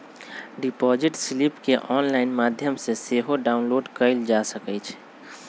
deposit slip केंऑनलाइन माध्यम से सेहो डाउनलोड कएल जा सकइ छइ